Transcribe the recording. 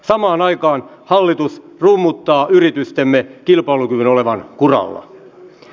samaan aikaan hallitus rummuttaa yritystemme kilpailukyvyn olevan kuralla